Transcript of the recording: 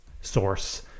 source